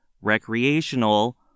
recreational